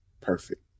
Perfect